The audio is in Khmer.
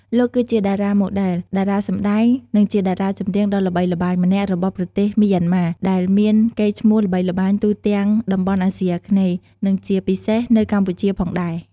លោកគឺជាតារាម៉ូដែល តារាសម្តែង និងជាតារាចម្រៀងដ៏ល្បីល្បាញម្នាក់របស់ប្រទេសមីយ៉ាន់ម៉ា ដែលមានកេរ្តិ៍ឈ្មោះល្បីល្បាញទូទាំងតំបន់អាស៊ីអាគ្នេយ៍ និងជាពិសេសនៅកម្ពុជាផងដែរ ។